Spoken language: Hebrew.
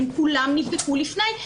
כולם נבדקו לפני,